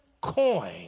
coin